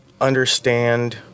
understand